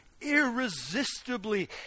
irresistibly